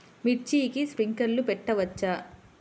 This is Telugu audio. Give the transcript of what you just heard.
మిర్చికి స్ప్రింక్లర్లు పెట్టవచ్చా?